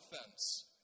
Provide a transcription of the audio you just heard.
offense